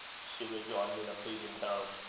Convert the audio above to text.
she rejoined, in a pleading tone.